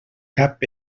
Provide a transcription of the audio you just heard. cap